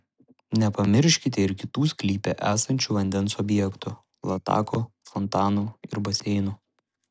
nepamirškite ir kitų sklype esančių vandens objektų latakų fontanų ir baseinų